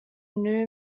new